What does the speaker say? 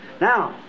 Now